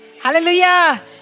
Hallelujah